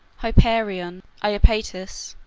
hyperion, iapetus,